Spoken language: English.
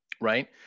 right